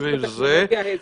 אפקטיביים.